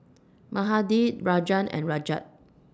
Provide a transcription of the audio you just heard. Mahade Rajan and Rajat